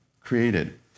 created